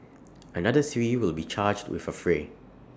another three will be charged with affray